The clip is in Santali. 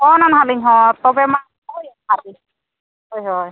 ᱯᱷᱳᱱᱟᱹᱞᱤᱧ ᱦᱟᱜ ᱱᱟᱦᱟᱜ ᱛᱚᱵᱮᱢᱟ ᱫᱚᱦᱚᱭᱮᱜ ᱟᱨ ᱦᱳᱭ ᱦᱳᱭ